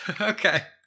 okay